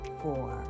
four